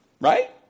right